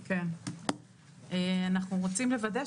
אנחנו חוזרים על אותם דברים.